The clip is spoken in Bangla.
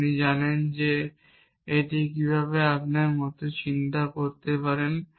আপনি জানেন যে আপনি কিভাবে এই মত চিন্তা করতে পারেন